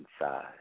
inside